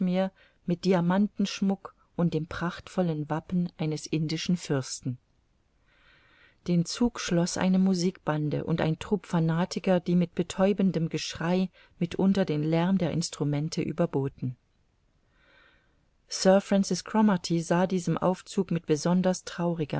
mit diamantenschmuck und dem prachtvollen wappen eines indischen fürsten den zug schloß eine musikbande und ein trupp fanatiker die mit betäubendem geschrei mitunter den lärm der instrumente überboten sir francis cromarty sah diesem aufzug mit besonders trauriger